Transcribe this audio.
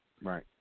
Right